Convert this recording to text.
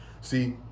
See